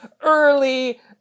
early